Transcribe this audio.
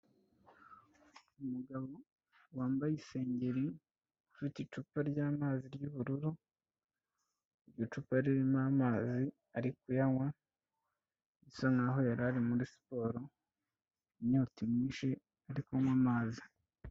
Umugabo wambaye isengeri ufite icupa ry'amazi ry'ubururu. Iryo cupa ririmo amazi ari kuyanywa bisa nkaho yari ari muri siporo inyota imwishe ari kunywa amazi.